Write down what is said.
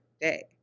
day